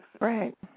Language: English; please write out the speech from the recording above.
Right